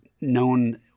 known